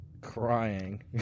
crying